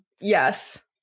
Yes